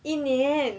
一年